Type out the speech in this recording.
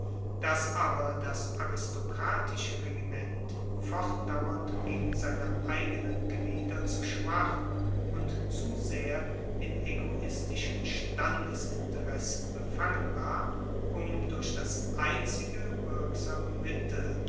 dass aber das aristokratische regiment fortdauernd gegen seine eigenen glieder zu schwach und zu sehr in egoistischen standesinteressen befangen war um durch das einzige wirksame mittel